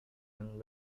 and